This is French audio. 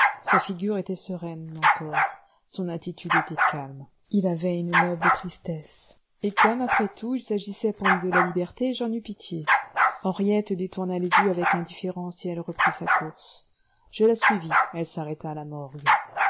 sa figure était sereine encore son attitude était calme il avait une noble tristesse et comme après tout il s'agissait pour lui de la liberté j'en eus pitié henriette détourna les yeux avec indifférence et elle reprit sa course je la suivis elle s'arrêta à la morgue